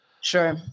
Sure